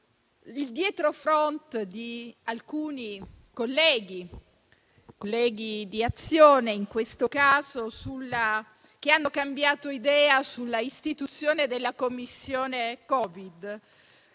il dietrofront di alcuni colleghi di Azione, che hanno cambiato idea sull'istituzione della Commissione Covid